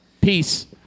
Peace